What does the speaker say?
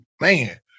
man